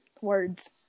words